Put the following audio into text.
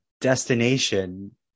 destination